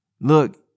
Look